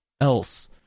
else